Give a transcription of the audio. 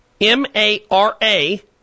M-A-R-A